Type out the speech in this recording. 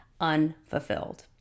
unfulfilled